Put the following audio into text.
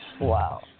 Wow